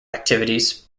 activities